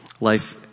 Life